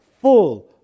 full